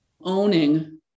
owning